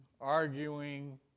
arguing